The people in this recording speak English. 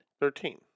Thirteen